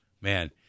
man